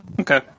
Okay